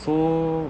okay